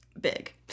big